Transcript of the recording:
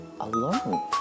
alone